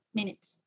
minutes